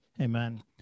Amen